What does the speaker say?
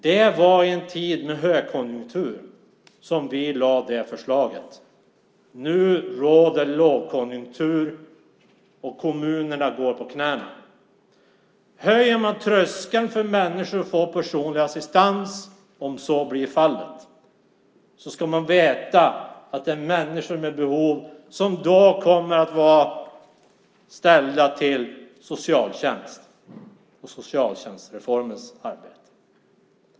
Det var i en tid med högkonjunktur som vi lade fram det förslaget. Nu råder lågkonjunktur, och kommunerna går på knäna. Om tröskeln höjs för människor att få personlig assistans ska vi veta att dessa människor måste vända sig till socialtjänsten och socialtjänstreformens arbete.